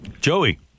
Joey